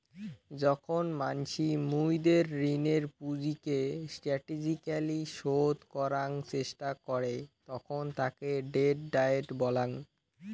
যখন মানসি মুইদের ঋণের পুঁজিকে স্টাটেজিক্যলী শোধ করাং চেষ্টা করে তখন তাকে ডেট ডায়েট বলাঙ্গ